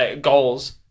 goals